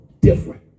different